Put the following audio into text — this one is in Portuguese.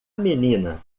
menina